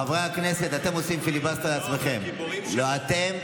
חברי הכנסת, אתם עושים פיליבסטר לעצמכם, אתם.